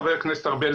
חבר הכנסת ארבל,